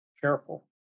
careful